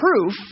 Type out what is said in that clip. proof